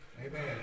Amen